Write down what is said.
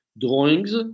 drawings